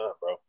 bro